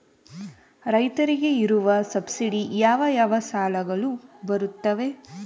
ರೈತರಿಗೆ ಇರುವ ಸಬ್ಸಿಡಿ ಯಾವ ಯಾವ ಸಾಲಗಳು ಬರುತ್ತವೆ?